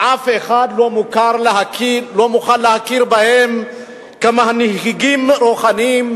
ואף אחד לא מוכן להכיר בהם כמנהיגים רוחניים